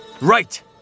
Right